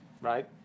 Right